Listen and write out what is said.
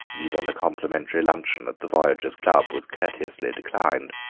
even a complimentary luncheon at the voyagers' club was courteously declined.